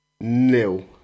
nil